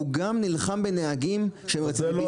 הוא גם נלחם בנהגים שהם רצדיביסטים.